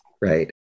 Right